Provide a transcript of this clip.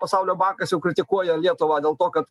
pasaulio bankas jau kritikuoja lietuvą dėl to kad